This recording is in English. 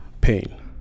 pain